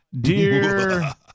Dear